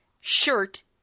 shirt